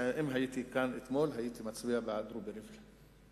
שאם הייתי כאן אתמול הייתי מצביע בעד רובי ריבלין,